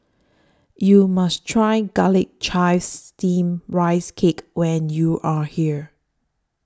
YOU must Try Garlic Chives Steamed Rice Cake when YOU Are here